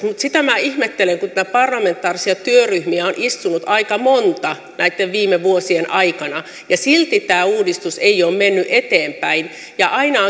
mutta sitä minä ihmettelen kun näitä parlamentaarisia työryhmiä on istunut aika monta näitten viime vuosien aikana ja silti tämä uudistus ei ole mennyt eteenpäin aina